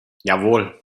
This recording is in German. jawohl